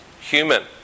human